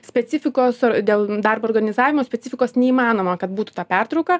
specifikos ar dėl darbo organizavimo specifikos neįmanoma kad būtų ta pertrauka